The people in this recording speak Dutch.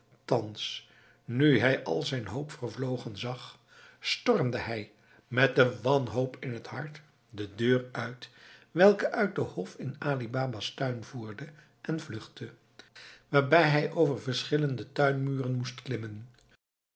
thans nu hij al zijn hoop vervlogen zag stormde hij met de wanhoop in het hart de deur uit welke uit den hof in ali baba's tuin voerde en vluchtte waarbij hij over verschillende tuinmuren moest klimmen